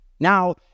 Now